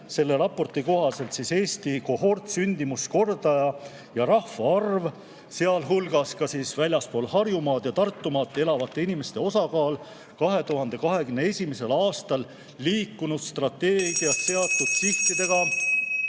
selle raporti kohaselt Eesti kohortsündimuskordaja ja rahvaarv, sealhulgas väljaspool Harjumaad ja Tartumaad elavate inimeste osakaal, 2021. aastal liikunud strateegias seatud sihtidele